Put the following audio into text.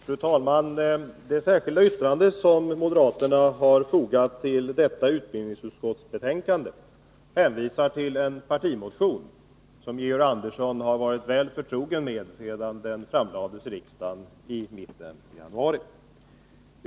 Fru talman! Det särskilda yttrande som moderaterna har fogat till detta utbildningsutskottsbetänkande hänvisar till en partimotion, som Georg Andersson säkert varit väl förtrogen med sedan den framlades i riksdagen i mitten av januari.